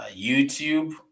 youtube